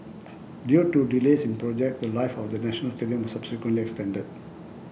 due to delays in the project the Life of the National Stadium was subsequently extended